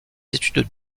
études